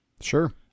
Sure